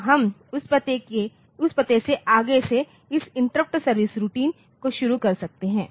तो हम उस पते से आगे से इस इंटरप्ट सर्विस रूटीन को शुरू कर सकते हैं